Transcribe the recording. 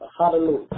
Hallelujah